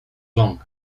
long